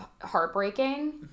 heartbreaking